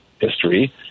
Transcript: history